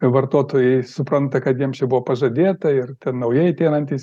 vartotojai supranta kad jiems čia buvo pažadėta ir ten naujai ateinantys